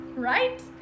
Right